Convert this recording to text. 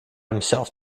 himself